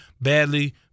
badly